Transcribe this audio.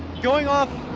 going off,